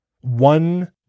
one